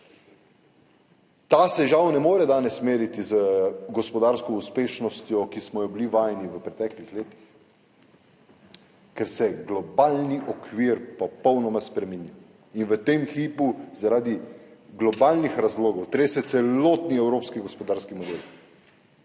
danes žal ne more meriti z gospodarsko uspešnostjo, ki smo je bili vajeni v preteklih letih, ker se globalni okvir popolnoma spreminja in v tem hipu zaradi globalnih razlogov trese celotni evropski gospodarski model.